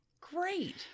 Great